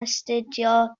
astudio